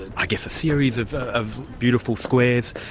i guess, a series of of beautiful squares,